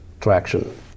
traction